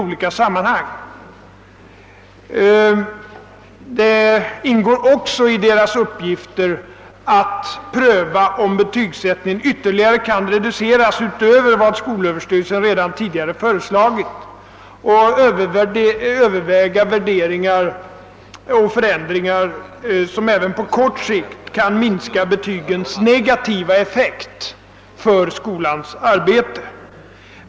Det ingår också i dess uppgifter att pröva, om betygsättningen kan reduceras utöver vad skolöverstyrelsen redan föreslagit och överväga värderingar och förändringar som även på kort sikt kan minska betygens negativa effekt för skolans arbete.